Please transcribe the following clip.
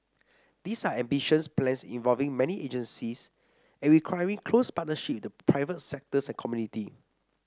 these are ambitious plans involving many agencies and requiring close partnership with the private sector and community